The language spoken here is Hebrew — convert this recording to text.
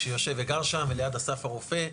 שיושב וגר שם ליד אסף הרופא.